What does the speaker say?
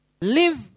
live